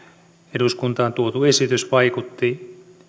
eduskuntaan tuotu esitys vaikutti